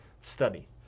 study